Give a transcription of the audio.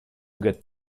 gâteau